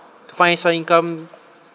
to find extra income